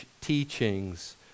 teachings